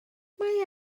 mae